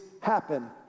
happen